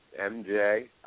MJ